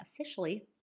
officially